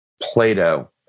Plato